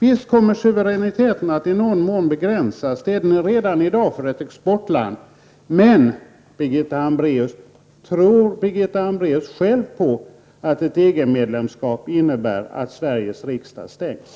Visst kommer suveräniteten att i någon mån att begränsas. Det är den redan i dag eftersom Sverige är ett exportland. Tror Birgitta Hambraeus själv på att ett EG medlemskap innebär att Sveriges riksdag stängs?